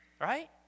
Right